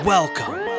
Welcome